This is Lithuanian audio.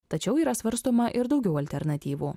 tačiau yra svarstoma ir daugiau alternatyvų